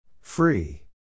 Free